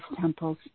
temples